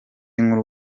nkuru